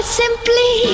simply